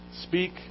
Speak